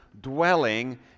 dwelling